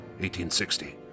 1860